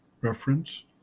reference